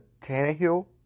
Tannehill